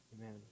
amen